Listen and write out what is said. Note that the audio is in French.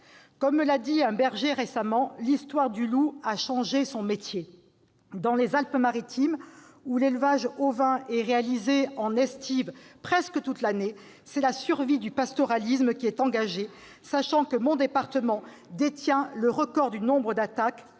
me l'a dit récemment, l'histoire du loup a changé son métier. Dans les Alpes-Maritimes où l'élevage ovin est réalisé en estive presque toute l'année, c'est la survie du pastoralisme qui est engagée, sachant que mon département détient le record du nombre d'attaques-